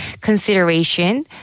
consideration